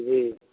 जी